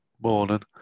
morning